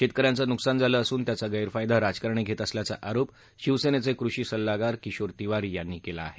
शेतक यांचं नुकसान झालं असून त्याचा गैरफायदा राजकारणी घेत असल्याचा आरोप शिवसेनेचे कृषी सल्लागार किशोर तिवारी यांनी केला आहे